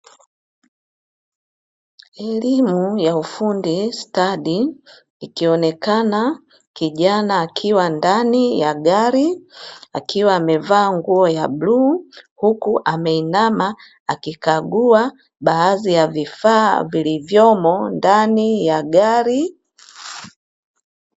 Elimu ya ufundi stadi, ikionekana kijana akiwa ndani ya gari akiwa amevaa nguo ya bluu, huku ameinama akikagua baadhi ya vifaa vilivyomo ndani ya gari.